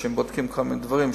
שבודקים כל מיני דברים.